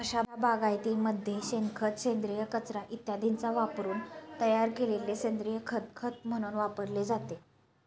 अशा बागायतीमध्ये शेणखत, सेंद्रिय कचरा इत्यादींचा वापरून तयार केलेले सेंद्रिय खत खत म्हणून वापरले जाते